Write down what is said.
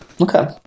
Okay